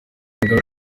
yari